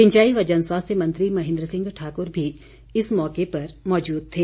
सिंचाई व जनस्वास्थ्य मंत्री महेंद्र सिंह ठाकुर भी इस मौके पर मौजूद थे